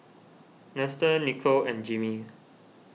Nestor Nicole and Jimmy